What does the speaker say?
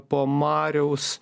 po mariaus